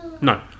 No